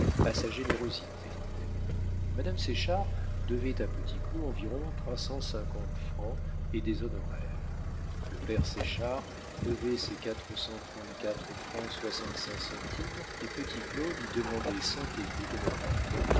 à sa générosité madame séchard devait à petit claud environ trois cent cinquante francs et des honoraires le père séchard devait ses quatre cent trente-quatre francs soixante-cinq centimes et petit claud lui demandait cent écus d'honoraires